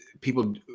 people